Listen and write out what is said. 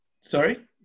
Sorry